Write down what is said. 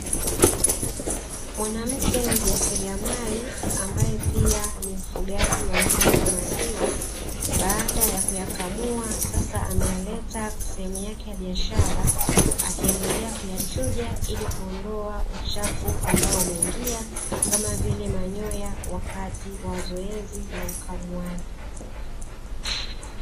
Mwanamke mjasiriamali ambaye pia ni mfugaji wa ng'ombe wa maziwa, baada ya kuyakamua sasa ameyaleta sehemu yake ya biashara, akiendelea kuyachuja ili kuondoa uchafu ambao umeingia, kama vile manyoya wakati wa zoezi la ukamuaji.